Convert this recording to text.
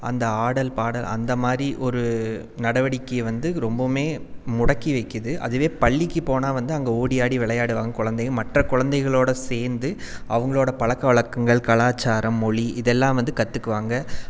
அந்த ஆடல் பாடல் அந்தமாதிரி ஒரு நடவடிக்கை வந்து ரொம்பவுமே முடக்கி வைக்குது அதுவே பள்ளிக்கு போனா வந்து அங்கே ஓடி ஆடி விளையாடுவாங்க குழந்தைங்க மற்ற குழந்தைகளோட சேர்ந்து அவங்களோட பழக்க வழக்கங்கள் கலாச்சாரம் மொழி இதெல்லாம் வந்து கற்றுக்குவாங்க